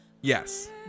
yes